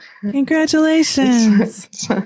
Congratulations